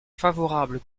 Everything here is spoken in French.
favorable